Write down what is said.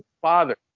father